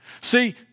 See